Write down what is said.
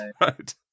right